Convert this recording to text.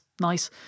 nice